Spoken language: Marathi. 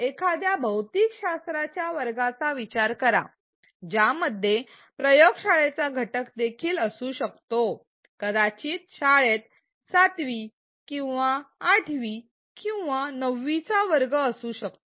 एखाद्या भौतिकशास्त्राच्या वर्गाचा विचार करा ज्यामध्ये प्रयोगशाळेचा घटक देखील असू शकतो कदाचित शाळेत ७ वी किंवा ८ वी किंवा ९ वी चा वर्ग असू शकतो